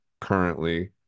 currently